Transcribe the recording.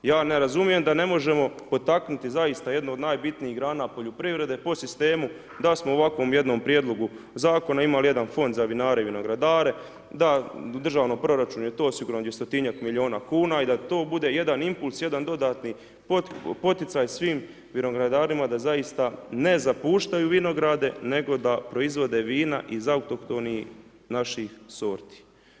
Ja ne razumijem da ne možemo potaknuti zaista jednu od najbitnijih grana poljoprivrede po sistemu da smo u ovakvom jednom prijedlogu zakona imali jedan fond za vinare i vinogradare, da državni proračun je to osigurano dvjestotinjak milijuna kuna i da to bude jedan impuls, jedan dodatni poticaj svim vinogradarima da zaista ne zapuštaju vinograde, nego da proizvode vina iz autohtonih naših sorti.